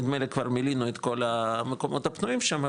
נדמה לי כבר מלאנו את כל המקומות הפנויים שם,